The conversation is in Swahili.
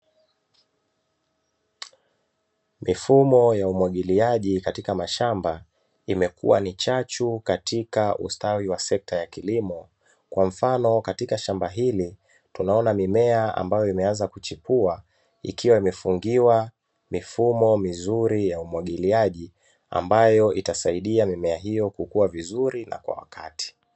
Mifumo ya umagiliaji katika mashamba imekua ni chachu katika ustawi wa sekta ya kilimo, kwamfano katika shamba hili tunaona mimea ambayo imeanza kuchipua, ikiwa imefungiwa mifumo mizuri ya umwagiliaji ambayo itasaidia mimea hiyo kukua vizuri na kwa wakati.